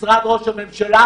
ראש הממשלה